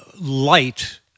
light